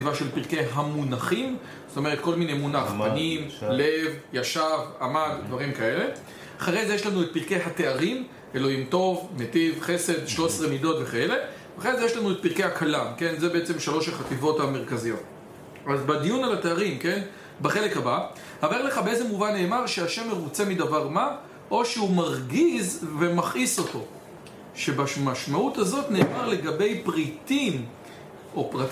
של פרקי המונחים, זאת אומרת כל מיני מונח, פנים, לב, ישב, עמד, דברים כאלה אחרי זה יש לנו את פרקי התארים, אלוהים טוב, מטיב, חסד, 13 מידות וכאלה אחרי זה יש לנו את פרקי הקלם, כן, זה בעצם שלוש החטיבות המרכזיות אז בדיון על התארים, כן, בחלק הבא, עבר לך באיזה מובן נאמר שהשם מרוצה מדבר מה או שהוא מרגיז ומכעיס אותו שבמשמעות הזאת נאמר לגבי פריטים אופק את זה